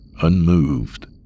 unmoved